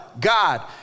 God